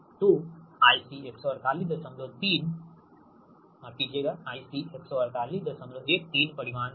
तो IC 14813 परिमाण है